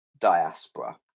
diaspora